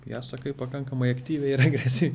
ją sakai pakankamai aktyviai ir agresyviai